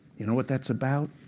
you know what that's about?